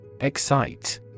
Excite